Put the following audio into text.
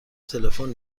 تلفن